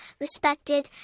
respected